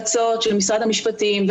האחרונים,